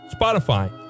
Spotify